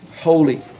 holy